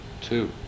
Two